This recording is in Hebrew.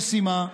ישימה,